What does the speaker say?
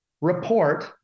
report